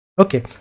Okay